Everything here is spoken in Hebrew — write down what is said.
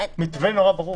מתווה מאוד מאוד ברור.